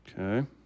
Okay